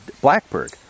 blackbird